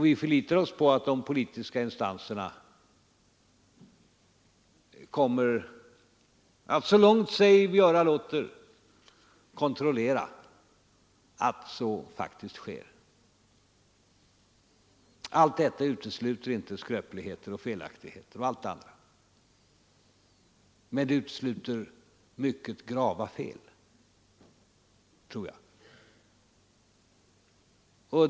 Vi förlitar oss på att de politiska instanserna kommer att, så långt sig göra låter, kontrollera att det faktiskt sker. Allt detta utesluter inte skröpligheter och felaktigheter, men det utesluter mycket grava fel, tror jag.